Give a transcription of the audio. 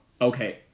okay